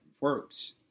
works